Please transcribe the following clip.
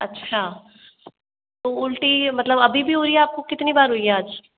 अच्छा तो उल्टी मतलब अभी भी हो रही आप को कितनी बार हुई है आज